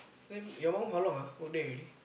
then your mum how long ah work there already